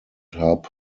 hub